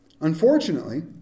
Unfortunately